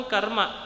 Karma